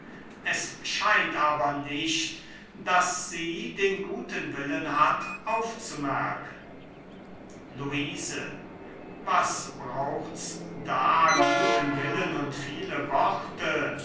es scheint aber nicht daß sie den guten willen hat aufzumerken luise was braucht's da guten willen und viele worte